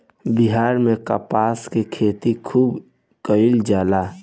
बिहार में कपास के खेती खुब कइल जाला